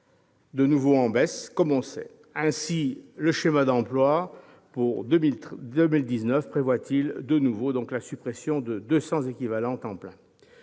de nouveau en baisse, comme on le sait. Ainsi le schéma d'emploi pour 2019 prévoit-il la suppression de 200 équivalents temps plein,